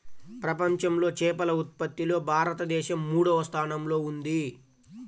ప్రపంచంలో చేపల ఉత్పత్తిలో భారతదేశం మూడవ స్థానంలో ఉంది